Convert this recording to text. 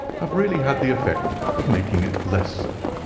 have really had the effect of making it less so.